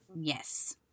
yes